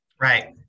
Right